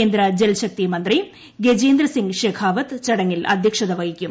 കേന്ദ്ര ജൽ ശക്തി മന്ത്രി ഗജേന്ദ്ര സിംഗ് ഷെഖാവത്ത് ചടങ്ങിൽ അധൃക്ഷത വഹിക്കും